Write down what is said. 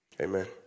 Amen